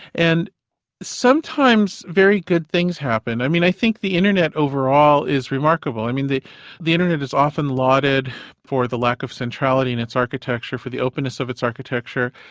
and sometimes very good things happen. i mean i think the internet overall is remarkable. i mean the the internet is often lauded for the lack of centrality in its architecture, for the openness of its architecture,